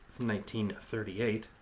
1938